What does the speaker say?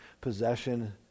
possession